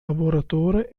lavoratore